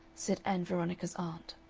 said ann veronica's aunt.